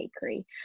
bakery